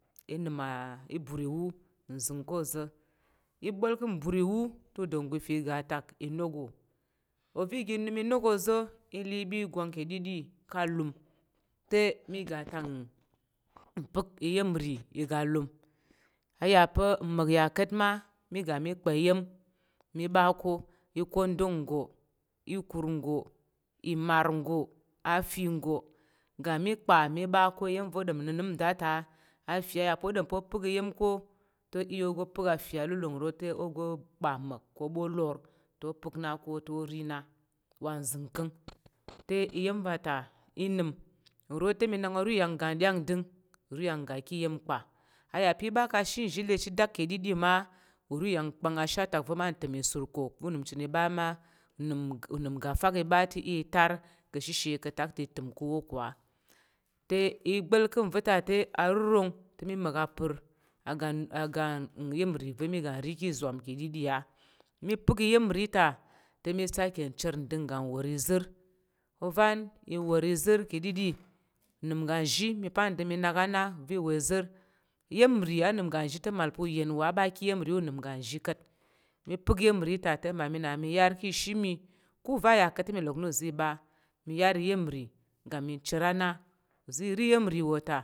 I nəm a i bur iwu nzəng ko oza̱ i gba̱l ka̱ mbur iwu te udanggo i fa ga a te inok wò. Ove ige nəm inok oza̱ i le i ɓi gwang ki ɗiɗi ka alum te mi ga atak mpək iya̱m nri aga lum a yà pa̱ mma̱k ya ka̱t ma mi ga mi kpa iya̱m mi ɓa ko ikondong nggo, ikur nggo, imar nggo afi nggo, ga mi kpa mi ɓa ko iya̱m va̱ o ɗom nnənəm kang nda ta afi a ya pa̱ o ɗom pa̱ o pək iya̱m ko te o iya ogo pək afi alulong ro te ogo kpa mma̱k ko lor te o pək na ko ta̱ o ri na wa nzəngkəng te iya̱m va ta i nəm. Nro te mi nak oro te i ga nɗyang ndəng oro i ga ki iya̱m nkpa a ya pa̱ i ɓa ka she nzhi le chit dak ki ɗiɗi ma uro i yà ka̱ nkpang ashe atak va̱ mma ka̱ ntəm isur ko va unəm chən i ɓa ma unəm gafak i ɓa te i iya i tar ka̱ shishe i təm ka̱ wo ko á. Te i gba̱l ka̱ nvə ta te arurong te mi ma̱k apər aga aga iya̱m nri va mí ga nri ki izwam ka̱ nɗiɗi á. Mi pək iya̱m nri ta te mi sake ncher ndəng ngga wor izər ovan i wor izər ka̱ ɗiɗi, unəm ga nzhi mi pa ndəng mi nak vi wor izər. Iya̱m nri anəm ga nzhi te màl pa̱ uyen wa a ɓa ka̱ iya̱m nri unəm uga nzhi ka̱t. Mi pək iya̱m nri ta te, mmami na mi yar ki ishi mi ko va̱ yà ka̱t te, mi yar iya̱m nri ga mi cher a na uzi ri iya̱m ri wò ta.